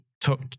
took